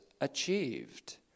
achieved